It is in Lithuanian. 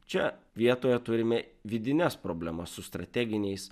čia vietoje turime vidines problemas su strateginiais